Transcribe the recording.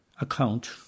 account